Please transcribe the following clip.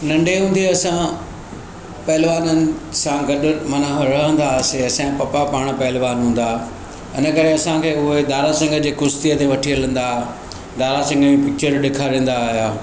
नंढे हूंदे असां पहलवाननि सां गॾु माना रहंदासीं असांजा पपा पाण पहलवान हूंदा हुआ इन करे असांखे उहे दारासिंग जे कुश्तीअ ते वठी हलंदा दारासिंग जूं पिक्चरूं ॾेखारींदा हुया